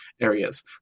areas